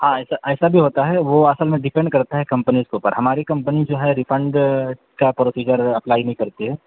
ہاں ایسا ایسا بھی ہوتا ہے وہ اصل میں دیپینڈ کرتا ہے کمپنیز کے اوپر ہماری کمپنی جو ہے ریفنڈ کا پروسیجر اپلائی نہیں کرتی ہے